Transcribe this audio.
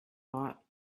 bought